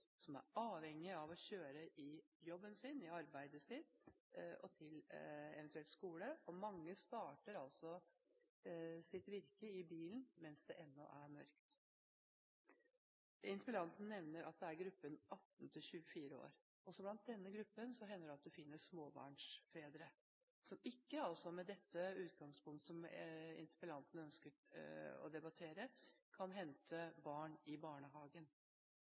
som er avhengige av å kjøre i jobben sin, i arbeidet sitt, og eventuelt til skole. Mange starter altså sitt virke i bilen mens det ennå er mørkt. Interpellanten nevner gruppen 18–24 år. Også i denne gruppen hender det man finner småbarnsfedre som med dette utgangspunktet, som interpellanten ønsker å debattere, altså ikke kan hente barn i barnehagen